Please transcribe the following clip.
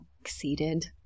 exceeded